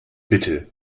bitte